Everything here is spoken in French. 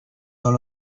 dans